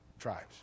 tribes